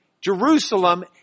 Jerusalem